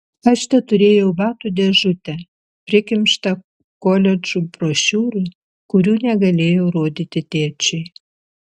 aš teturėjau batų dėžutę prikimštą koledžų brošiūrų kurių negalėjau rodyti tėčiui